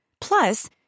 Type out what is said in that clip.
Plus